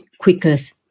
quickest